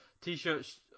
T-shirts